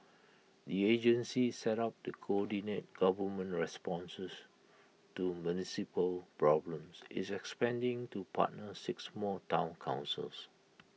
the agency set up to coordinate government responses to municipal problems is expanding to partner six more Town councils